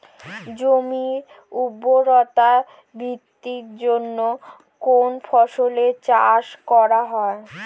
জমির উর্বরতা বৃদ্ধির জন্য কোন ফসলের চাষ করা হয়?